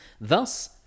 Thus